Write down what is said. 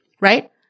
right